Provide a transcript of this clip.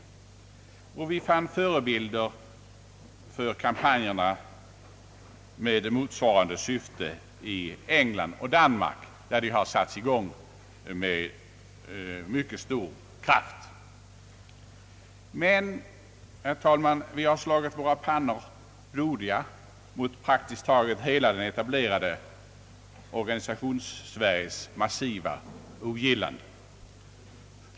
Vi fann förebilder i kampanjer med mot svarande syfte i Danmark och England, som satts i gång med mycket stor kraft. Men vi har slagit våra pannor blodiga mot praktiskt taget hela det etablerade Organisations-Sveriges massiva ogillande.